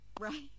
Right